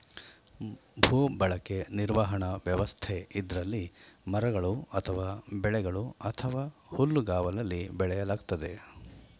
ಭೂಬಳಕೆ ನಿರ್ವಹಣಾ ವ್ಯವಸ್ಥೆ ಇದ್ರಲ್ಲಿ ಮರಗಳು ಅಥವಾ ಬೆಳೆಗಳು ಅಥವಾ ಹುಲ್ಲುಗಾವಲಲ್ಲಿ ಬೆಳೆಯಲಾಗ್ತದೆ